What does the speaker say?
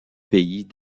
pays